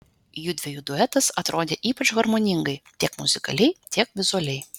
judviejų duetas atrodė ypač harmoningai tiek muzikaliai tiek vizualiai